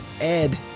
Ed